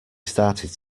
started